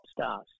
stars